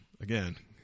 again